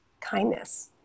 kindness